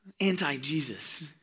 Anti-Jesus